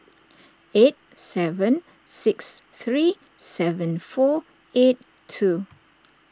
eight seven six three seven four eight two